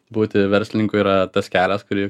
būti verslininku yra tas kelias kurį